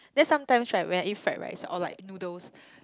there sometime should I where eat fried rice or like noodles